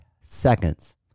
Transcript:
seconds